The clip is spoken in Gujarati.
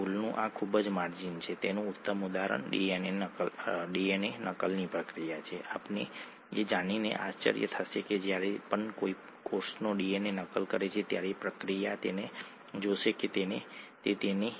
અહીં ખાંડની દ્રષ્ટિએ ડીએનએ અને આરએનએ વચ્ચેનો આ એકમાત્ર તફાવત છે અથવા તે એક મોટો તફાવત છે ખરું ને